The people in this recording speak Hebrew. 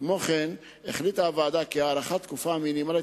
כמו כן החליטה הוועדה כי הארכת התקופה המינימלית